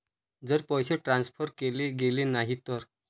जर पैसे ट्रान्सफर केले गेले नाही तर?